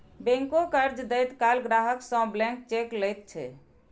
बैंको कर्ज दैत काल ग्राहक सं ब्लैंक चेक लैत छै